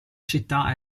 città